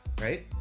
Right